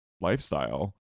lifestyle